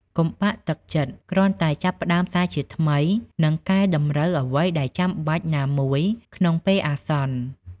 កុំបាក់ទឹកចិត្ត! គ្រាន់តែចាប់ផ្តើមសារជាថ្មី និងកែតម្រូវអ្វីដែលចាំបាច់ណាមួយក្នុងពេលអាសន្ន។